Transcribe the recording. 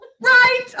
Right